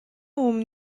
omp